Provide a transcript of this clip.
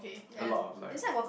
a lot of lime